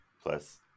plus